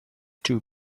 two